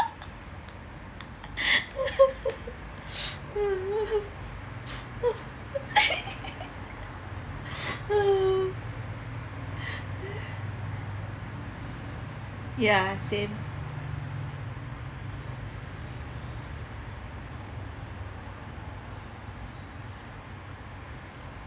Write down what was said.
ya same